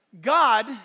God